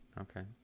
Okay